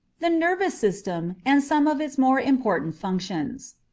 the nervous system and some of its more important functions.